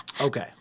Okay